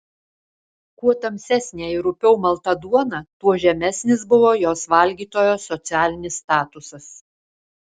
kuo tamsesnė ir rupiau malta duona tuo žemesnis buvo jos valgytojo socialinis statusas